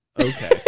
Okay